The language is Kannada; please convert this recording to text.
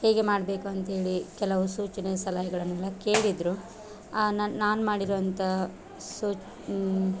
ಹೇಗೆ ಮಾಡಬೇಕು ಅಂತ್ಹೇಳಿ ಕೆಲವು ಸೂಚನೆ ಸಲಹೆಗಳನ್ನೆಲ್ಲ ಕೇಳಿದರು ಆ ನಾನು ನಾನು ಮಾಡಿರುವಂಥ ಸೊ